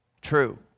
true